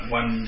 one